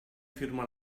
firma